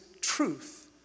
truth